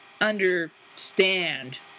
understand